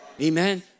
Amen